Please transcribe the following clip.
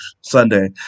Sunday